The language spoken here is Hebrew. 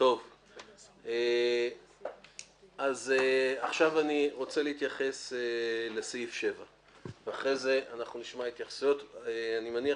אני רוצה להתייחס לסעיף 7. אני מניח